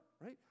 right